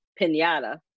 pinata